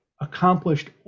accomplished